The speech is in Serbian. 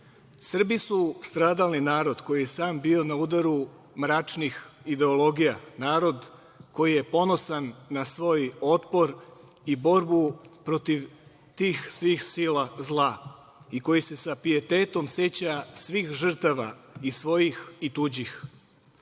Srbi su stradalni narod koji je sam bio na udaru mračnih ideologija, narod koji je ponosan na svoj otpor i borbu protiv tih svih sila zla i koji se sa pijetetom seća svih žrtava i svojih i tuđih. Razne